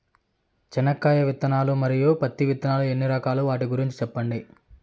చెనక్కాయ విత్తనాలు, మరియు పత్తి విత్తనాలు ఎన్ని రకాలు వాటి గురించి సెప్పండి?